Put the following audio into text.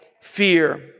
fear